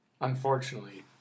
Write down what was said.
unfortunately